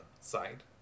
side